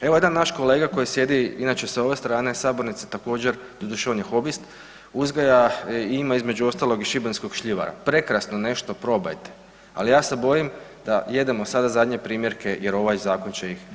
Evo, jedan naš kolega koji sjedi inače s ove strane sabornice također, doduše on je hobist uzgaja i ima između ostalog šibenskog šljivara, prekrasno nešto probajte, ali ja se bojim da jedemo sada zadnje primjerke jer ovaj zakon će ih uništiti.